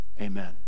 Amen